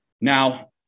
Now